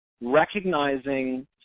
recognizing